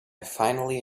finally